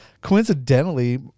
coincidentally